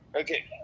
Okay